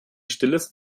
stilles